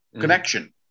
Connection